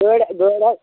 گٲڑۍ گٲڑۍ حظ